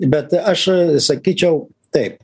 bet aš sakyčiau taip